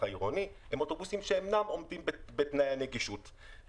העירוני הם אוטובוסים שאינם עומדים בתנאי הנגישות.